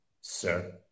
sir